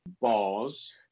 bars